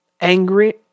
angry